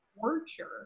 torture